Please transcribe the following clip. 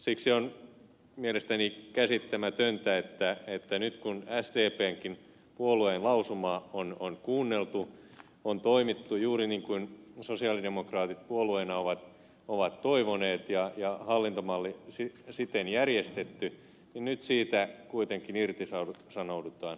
siksi on mielestäni käsittämätöntä että nyt kun sdpnkin lausumaa on kuunneltu on toimittu juuri niin kuin sosialidemokraatit puolueena ovat toivoneet ja hallintomalli siten järjestetty niin nyt siitä kuitenkin irtisanoudutaan